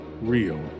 real